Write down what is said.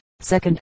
Second